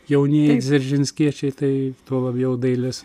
jaunieji dzeržinskiečiai tai tuo labiau dailės